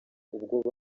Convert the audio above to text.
ubwo